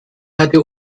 hatte